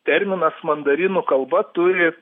terminas mandarinų kalba turi